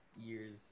years